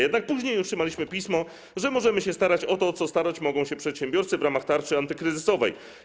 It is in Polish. Jednak później otrzymaliśmy pismo, że możemy się starać o to, o co starać mogą się przedsiębiorcy w ramach tarczy antykryzysowej.